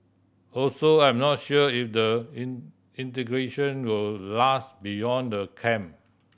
also I'm not sure if the in integration will last beyond the camp